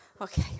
Okay